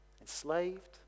enslaved